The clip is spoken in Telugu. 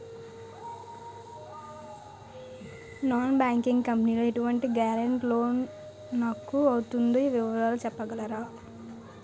నాన్ బ్యాంకింగ్ కంపెనీ లో ఎటువంటి గారంటే లోన్ నాకు అవుతుందో వివరాలు చెప్పగలరా?